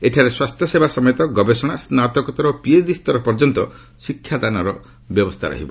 ଏଠାରେ ସ୍ୱାସ୍ଥ୍ୟସେବା ସମେତ ଗବେଷଣା ସ୍ନାତକୋତ୍ତର ଓ ପିଏଚ୍ଡି ସ୍ତର ପର୍ଯ୍ୟନ୍ତ ଶିକ୍ଷାଦାନର ବ୍ୟବସ୍ଥା ରହିବ